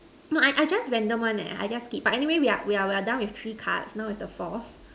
no I I I just random one leh I just skip but anyway we are done with three cards now is the fourth